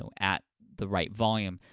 so at the right volume.